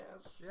Yes